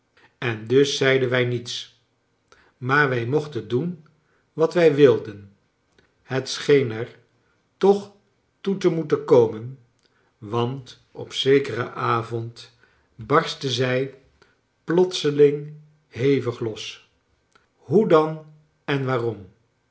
en dus zeiden wij niets maar wij mochten doen wat wij wilden het scheen er toch toe to moet en komen want op zekeren avond barstte zij plotseling hevig los hoe dan en waarom